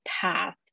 path